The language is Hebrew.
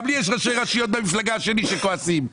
גם לי יש ראשי רשויות במפלגה שלי והם כועסים.